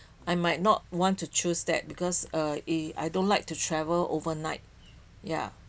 I might not want to choose that because uh eh I don't like to travel overnight ya